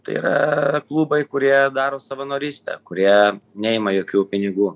tai yra klubai kurie daro savanorystę kurie neima jokių pinigų